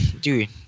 Dude